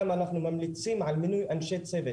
גם אנחנו ממליצים על מינוי אנשי צוות